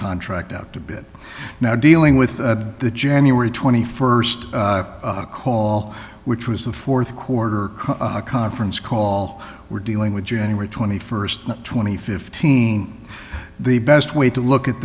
contract up to bit now dealing with the january twenty first call which was the fourth quarter conference call we're dealing with january twenty first twenty fifteen the best way to look at